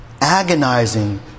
agonizing